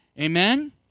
Amen